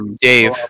Dave